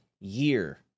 year